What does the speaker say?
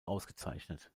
ausgezeichnet